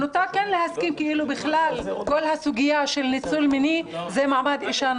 אני נוטה להסכים שכל הסוגיה של ניצול מיני זה מעמד האישה.